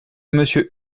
monsieur